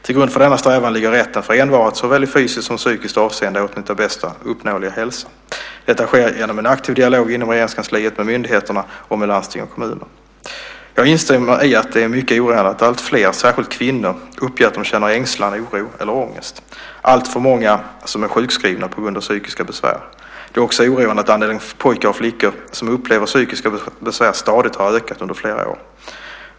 Till grund för denna strävan ligger rätten för envar att såväl i fysiskt som i psykiskt avseende åtnjuta bästa uppnåeliga hälsa. Detta sker genom en aktiv dialog inom Regeringskansliet, med myndigheterna och med landsting och kommuner. Jag instämmer i att det är mycket oroande att alltfler, särskilt kvinnor, uppger att de känner ängslan, oro eller ångest. Det är alltför många som är sjukskrivna på grund av psykiska besvär. Det är också oroande att andelen pojkar och flickor som upplever psykiska besvär stadigt har ökat under flera år.